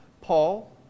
Paul